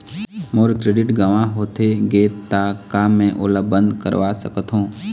मोर credit गंवा होथे गे ता का मैं ओला बंद करवा सकथों?